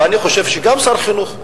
ואני חושב שגם שר החינוך,